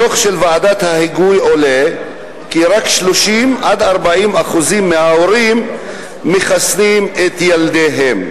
מדוח של ועדת ההיגוי עולה כי רק 30% 40% מההורים מחסנים את ילדיהם.